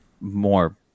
more